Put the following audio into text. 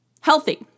healthy